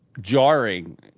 jarring